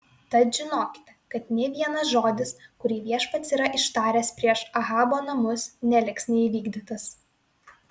tad žinokite kad nė vienas žodis kurį viešpats yra ištaręs prieš ahabo namus neliks neįvykdytas